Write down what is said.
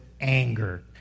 anger